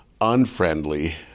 unfriendly